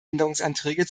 änderungsanträge